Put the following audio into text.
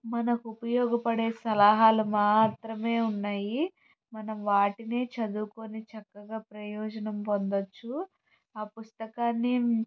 మనకుపయోగ పడే సలహాలు మాత్రమే ఉన్నాయి మనం వాటినే చదువుకొని చక్కగా ప్రయోజనం పొందొచ్చు ఆ పుస్తకాన్ని